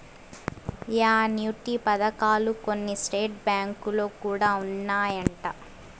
annuity పథకాలు కొన్ని state బ్యాంకులో కూడా ఉన్నాయంట